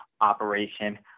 operation